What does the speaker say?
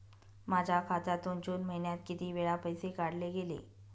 माझ्या खात्यातून जून महिन्यात किती वेळा पैसे काढले गेले?